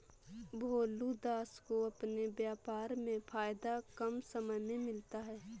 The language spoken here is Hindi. भोलू दास को अपने व्यापार में फायदा कम समय में मिलता है